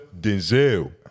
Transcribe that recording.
denzel